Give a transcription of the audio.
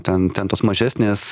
ten ten tos mažesnės